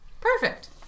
Perfect